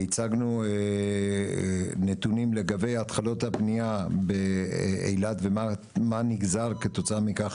הצגנו נתונים לגבי התחלות הבנייה באילת ומה נגזר כתוצאה מכך